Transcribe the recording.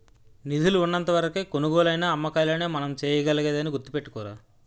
నిధులు ఉన్నంత వరకే కొనుగోలైనా అమ్మకాలైనా మనం చేయగలిగేది అని గుర్తుపెట్టుకోరా